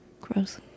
Gross